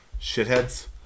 shitheads